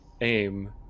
aim